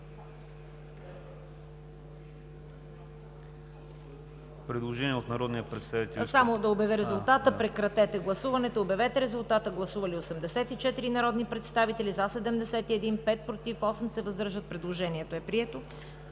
Предложение от народния представител